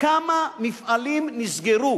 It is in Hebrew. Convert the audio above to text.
כמה מפעלים נסגרו